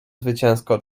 zwycięsko